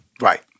Right